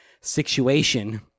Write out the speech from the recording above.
situation